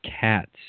cats